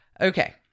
Okay